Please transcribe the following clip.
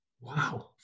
Wow